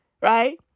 Right